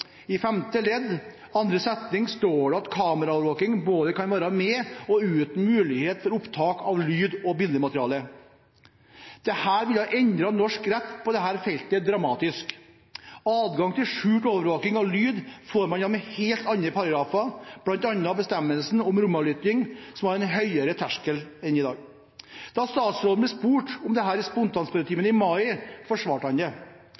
I femte ledd, andre setning står det at kameraovervåking både kan være med og uten mulighet for opptak av lyd- og bildemateriale. Dette ville endret norsk rett på dette feltet dramatisk. Adgang til skjult overvåking av lyd får man gjennom helt andre paragrafer, bl.a. bestemmelsen om romavlytting, som har en høyere terskel. Da statsråden ble spurt om dette i spontanspørretimen i mai, forsvarte han det.